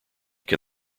can